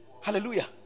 hallelujah